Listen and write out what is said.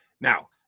Now